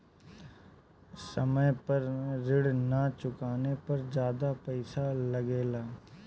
समय पर ऋण ना चुकाने पर ज्यादा पईसा लगेला?